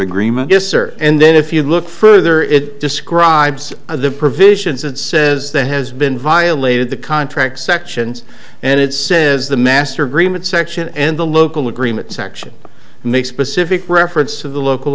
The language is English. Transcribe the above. agreement yes sir and then if you look further it describes the provisions and says that has been violated the contract sections and it says the master agreement section and the local agreement section make specific reference to the local